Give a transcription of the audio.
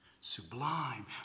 sublime